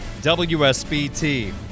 WSBT